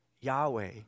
Yahweh